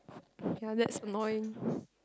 ya that's annoying